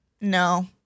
no